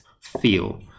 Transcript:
feel